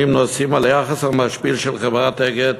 נוסעים על היחס המשפיל של חברת "אגד".